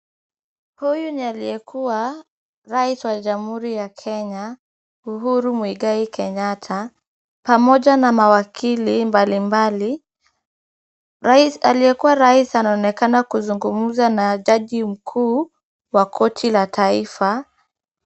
Huyu ni aliyekuwa Rais wa Jamhuri ya Kenya, Uhuru Muigai Kenyatta, pamoja na mawakili mbalimbali. Rais aliyekuwa rais anaonekana kuzungumza na Jaji Mkuu wa koti la taifa.